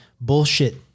bullshit